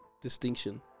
distinction